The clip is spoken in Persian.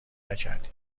نکردی